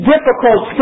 Difficult